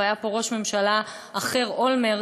והיה פה ראש ממשלה אחר, אולמרט,